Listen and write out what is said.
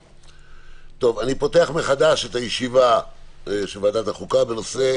אני פותח מחדש את הישיבה של ועדת החוקה בנושא